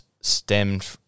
stemmed